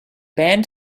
band